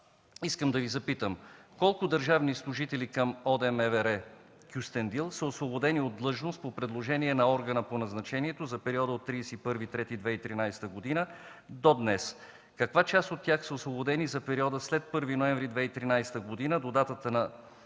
искам да Ви запитам: колко държавни служители към ОД МВР – Кюстендил са освободени от длъжност по предложение на органа по назначението за периода от 31 март 2013 г. до днес? Каква част от тях са освободени за периода след 1 ноември 2013 г. до датата на